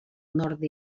nord